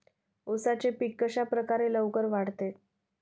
उसाचे पीक कशाप्रकारे लवकर वाढते?